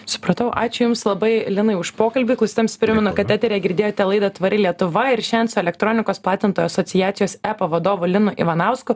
supratau ačiū jums labai linai už pokalbį klausytojams primenu kad eteryje girdėjote laidą tvari lietuva ir šiandien su elektronikos platintojų asociacijos epa vadovu linu ivanausku